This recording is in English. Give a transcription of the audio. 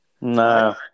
No